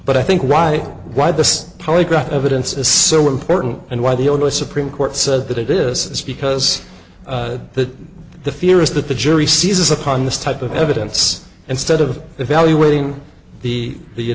but i think why why the polygraph evidence is so important and why the only supreme court says that it is is because that the fear is that the jury seizes upon this type of evidence instead of evaluating the the